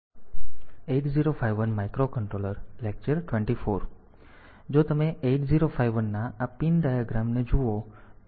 તેથી જો તમે 8051 ના આ પિન ડાયાગ્રામ ને જુઓ